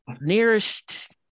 nearest